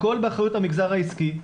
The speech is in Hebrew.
הכול באחריות המגזר העסקי.